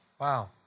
Wow